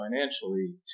financially